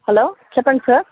hello చెప్పండి sir